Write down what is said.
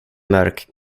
mörk